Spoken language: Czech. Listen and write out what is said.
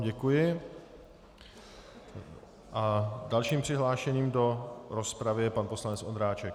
Děkuji vám a dalším přihlášeným do rozpravy je pan poslanec Ondráček.